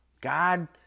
God